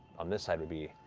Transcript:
on this side would be